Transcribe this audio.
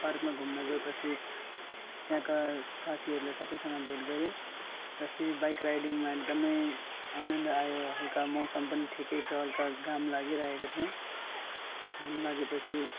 पार्कमा घुम्न गएपछि त्यहाँका साथीहरूले सबैसँग भेट गरेँ र फेरि बाइक राइडिङमा एकदमै आनन्द आयो हलका मौसम पनि ठिकै थियो हलका घाम लागि राखेको थियो घाम लागेपछि